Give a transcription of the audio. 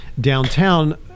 downtown